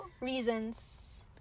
reasons